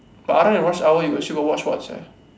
but other than rush hour you still got watch what sia